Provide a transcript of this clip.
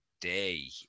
day